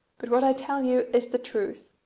but what i tell you is the truth.